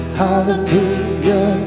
hallelujah